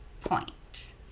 point